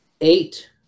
eight